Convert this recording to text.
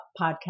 podcast